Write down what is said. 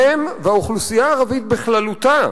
האוכלוסייה הערבית בכללותה